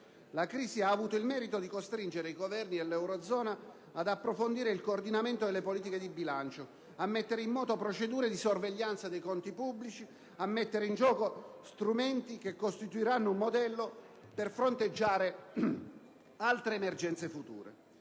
La crisi ha avuto il merito di costringere i Governi dell'eurozona ad approfondire il coordinamento delle politiche di bilancio, a mettere in moto procedure di sorveglianza dei conti pubblici, a mettere in gioco strumenti che costituiranno un modello per fronteggiare altre emergenze future.